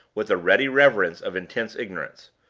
with the ready reverence of intense ignorance.